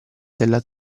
della